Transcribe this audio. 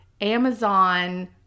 Amazon